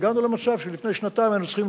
הגענו למצב שלפני שנתיים היינו צריכים